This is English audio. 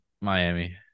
Miami